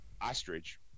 ostrich